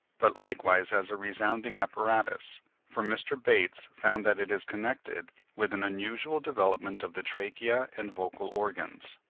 but likewise as a resounding apparatus for mr. bates found that it is connected with an unusual development of the trachea and vocal organs.